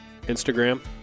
Instagram